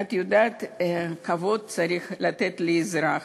את יודעת, צריך לתת כבוד לאזרח.